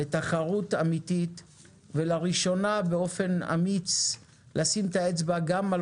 לתחרות אמיתית ולראשונה באופן אמיץ לשים את האצבע גם על